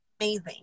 amazing